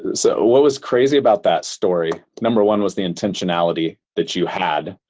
so what was crazy about that story number one was the intentionality that you had.